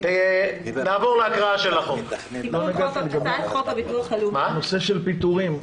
נושא של פיטורים.